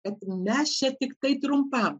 kad mes čia tiktai trumpam